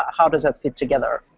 how does it fit together?